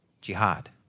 jihad